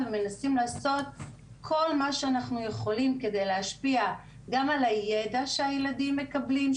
ולעשות כל מה שאנחנו יכולים כדי להשפיע על הידע שהילדים מקבלים,